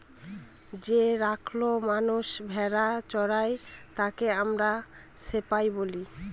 যে রাখাল মানষ ভেড়া চোরাই তাকে আমরা শেপার্ড বলি